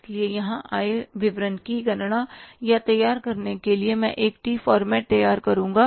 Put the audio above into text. इसलिए यहां आय विवरण की गणना या तैयार करने के लिए मैं एक टी फॉर्मेट तैयार करूंगा